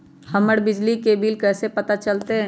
हमर बिजली के बिल कैसे पता चलतै?